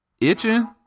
Itching